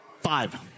Five